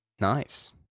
Nice